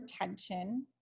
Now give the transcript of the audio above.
attention